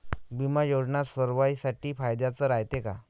बिमा योजना सर्वाईसाठी फायद्याचं रायते का?